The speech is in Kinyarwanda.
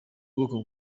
ubwoko